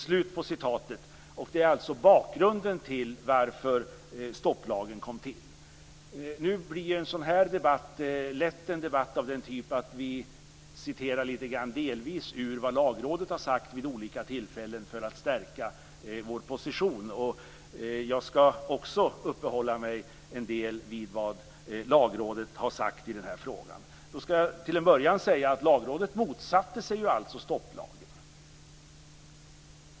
Det är alltså bakgrunden till att stopplagen kom till. En sådan här debatt blir lätt en debatt av den typ att vi citerar lite grann ur vad Lagrådet har sagt vid olika tillfällen för att stärka vår position. Jag skall också uppehålla mig en del vid vad Lagrådet har sagt i denna fråga. Jag skall till en början säga att Lagrådet motsatte sig stopplagen.